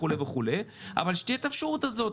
אבל שתהיה האפשרות הזאת.